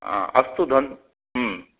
अस्तु धन्यः